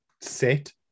sit